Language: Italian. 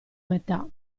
metà